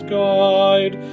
guide